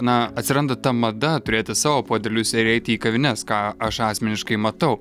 na atsiranda ta mada turėti savo puodelius ir eiti į kavines ką aš asmeniškai matau